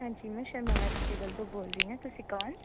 ਹਾਂਜੀ ਮੈਂ ਸ਼ਰਮਾ ਵੈਜੀਟੇਬਲ ਤੋਂ ਬੋਲ ਰਹੀ ਹਾਂ ਤੁਸੀਂ ਕੌਣ